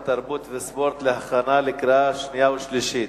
התרבות והספורט להכנה לקריאה שנייה ושלישית.